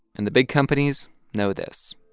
and the big companies know this.